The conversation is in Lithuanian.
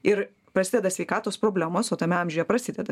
ir prasideda sveikatos problemos o tame amžiuje prasideda